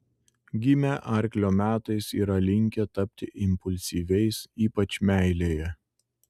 gimę arklio metais yra linkę tapti impulsyviais ypač meilėje